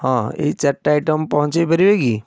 ହଁ ଏଇ ଚାରଟା ଆଇଟମ୍ ପହଞ୍ଚାଇ ପାରିବେ କି